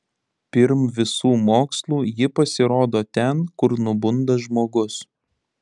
pirm visų mokslų ji pasirodo ten kur nubunda žmogus